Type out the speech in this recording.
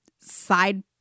side